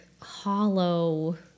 hollow